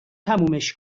تمومش